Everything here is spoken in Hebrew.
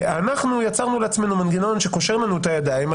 ואנחנו יצרנו לעצמנו מנגנון שקושר לנו את הידיים.